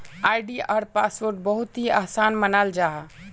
आई.डी.आर password पाना बहुत ही आसान मानाल जाहा